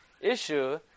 issue